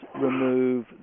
remove